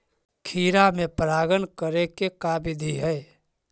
खिरा मे परागण करे के का बिधि है?